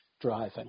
driving